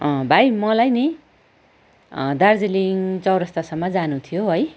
अँ भाइ मलाई नि दार्जिलिङ चौरास्तासम्म जानु थियो है